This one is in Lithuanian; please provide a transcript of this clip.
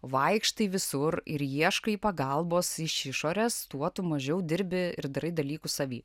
vaikštai visur ir ieškai pagalbos iš išorės tuo mažiau dirbi ir darai dalykus savy